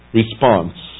response